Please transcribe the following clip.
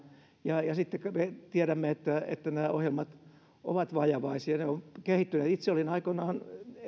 ja sitten me tiedämme että nämä ohjelmat ovat vajavaisia ne ovat kehittyneet itse olin aikoinaan